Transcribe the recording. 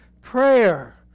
prayer